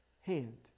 hand